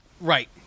Right